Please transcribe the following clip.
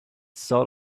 sort